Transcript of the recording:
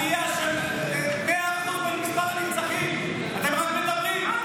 עלייה של 100% במספר הנרצחים, אתם רק מדברים.